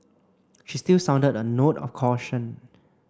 she still sounded a note of caution